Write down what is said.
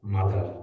Mother